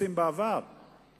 קיצוצים בעבר,